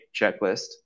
checklist